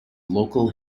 local